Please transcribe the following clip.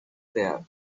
there